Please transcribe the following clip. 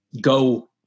go